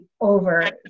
over